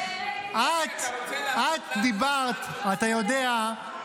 אתה רוצה --- אתה יודע,